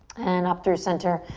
and up through center,